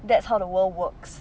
that's how the world works